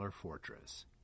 fortress